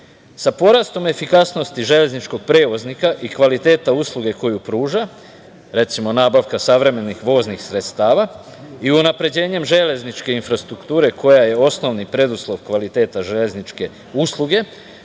porastom efikasnosti železničkog prevoznika i kvaliteta usluge koju pruža, recimo, nabavka savremenih voznih sredstava i unapređenjem železničke infrastrukture koja je osnovni preduslov kvaliteta železničke usluge,